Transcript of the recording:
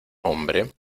hombre